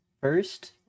first